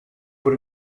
voor